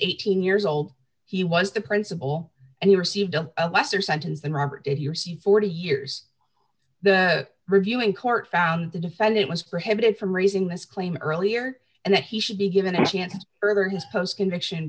eighteen years old he was the principal and he received a lesser sentence than robert if you're c forty years the reviewing court found the defendant was prohibited from raising this claim earlier and that he should be given a chance to further his post conviction